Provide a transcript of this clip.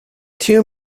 two